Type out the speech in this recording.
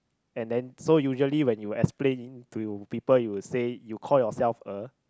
and then so usually when you explain to people you would say you call yourself a